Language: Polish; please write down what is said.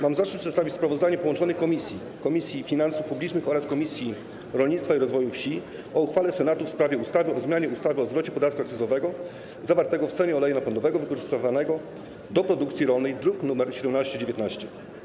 Mam zaszczyt przedstawić sprawozdanie połączonych Komisji: Finansów Publicznych oraz Rolnictwa i Rozwoju Wsi o uchwale Senatu w sprawie ustawy o zmianie ustawy o zwrocie podatku akcyzowego zawartego w cenie oleju napędowego wykorzystywanego do produkcji rolnej, druk nr 1719.